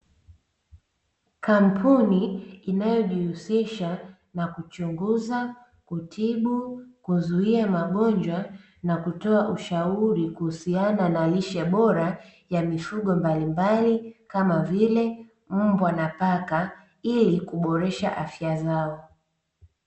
Kampuni inayojihusisha na kuchunguza, kutibu, kuzuia magonjwa na kutoa ushauri kuhusiana na lishe bora ya mifugo mbalimbali kama vile mbwa na paka ili kuboresha afya zao.